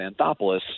Anthopoulos